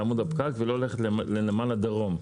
לעמוד בפקק ולא ללכת לנמל הדרום.